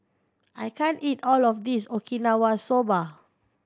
I can't eat all of this Okinawa Soba